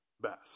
best